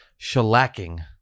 shellacking